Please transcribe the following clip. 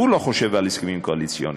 אינו חושב על הסכמים קואליציוניים.